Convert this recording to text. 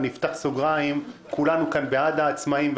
אפתח סוגריים: כולנו כאן בעד העצמאים.